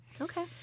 Okay